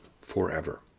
forever